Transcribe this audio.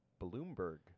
Bloomberg